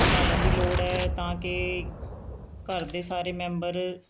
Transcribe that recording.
ਸੰਭਾਲਣ ਦੀ ਲੋੜ ਹੈ ਤਾਂ ਕਿ ਘਰ ਦੇ ਸਾਰੇ ਮੈਂਬਰ